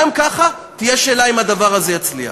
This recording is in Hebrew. גם ככה תהיה שאלה אם הדבר הזה יצליח.